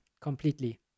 completely